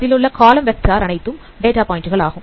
அதிலுள்ள காலம் வெக்டார் அனைத்தும் டேட்டா பாயிண்டுகள் ஆகும்